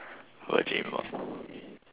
okay